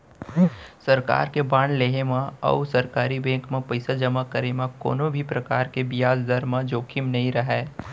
सरकार के बांड लेहे म अउ सरकारी बेंक म पइसा जमा करे म कोनों भी परकार के बियाज दर म जोखिम नइ रहय